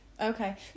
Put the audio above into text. Okay